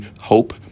hope